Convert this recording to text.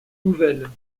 nouvelle